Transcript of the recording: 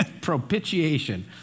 Propitiation